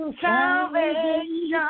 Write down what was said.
salvation